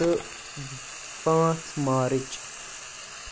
تہٕ پانژھ مارٕچ